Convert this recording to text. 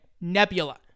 nebula